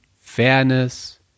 fairness